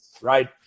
right